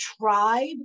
tribe